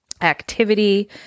activity